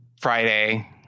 Friday